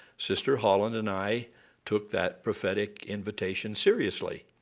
sister holland and i took that prophetic invitation seriously.